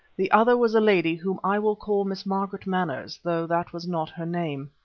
the other was a lady whom i will call miss margaret manners, though that was not her name.